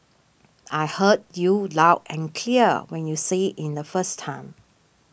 I heard you loud and clear when you said in the first time